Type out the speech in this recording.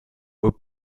aux